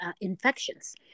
infections